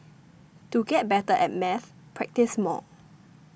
to get better at maths practise more